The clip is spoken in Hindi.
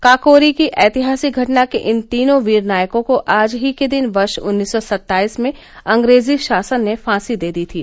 काकोरी की ऐतिहासिक घटना के इन तीनों वीर नायकों को आज ही के दिन वर्ष उन्नीस सौ सत्ताईस में अंग्रेजी शासन से फांसी दे दी थी